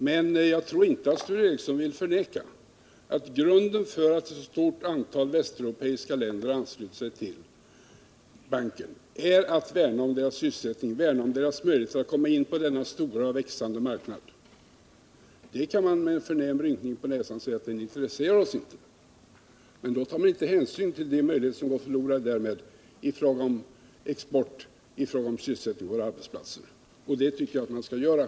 Men jag tror inte att Sture Ericson vill förneka att grunden för att ett stort antal västereuropeiska länder har anslutit sig till banken är att de vill värna om sin sysselsättning och om sina möjligheter att komma in på denna stora och växande marknad. Man kan med en förnäm rynkning på näsan säga, att detta inte intresserar oss. Men då tar man inte hänsyn till de möjligheter som därmed går förlorade i fråga om export och sysselsättning vid våra arbetsplatser, och det tycker jag att man skall göra.